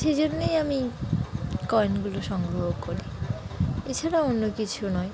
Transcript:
সেই জন্যেই আমি কয়েনগুলো সংগ্রহ করি এছাড়াও অন্য কিছু নয়